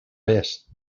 ves